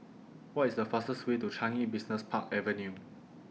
What IS The fastest Way to Changi Business Park Avenue